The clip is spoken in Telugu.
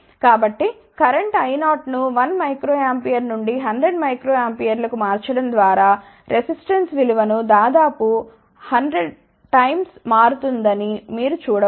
కాబట్టి కరెంట్ I0 ను 1 మైక్రో ఆంపియర్ నుండి 100 మైక్రో ఆంపియర్లకు మార్చడం ద్వారా రెసిస్టెన్స్ విలువను దాదాపు 100 రెట్లు మారుతుందని మీరు చూడ వచ్చు